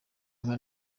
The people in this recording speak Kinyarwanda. inka